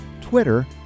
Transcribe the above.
Twitter